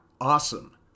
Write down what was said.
awesome